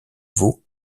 vau